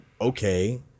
okay